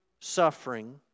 suffering